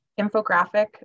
infographic